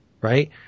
right